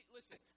Listen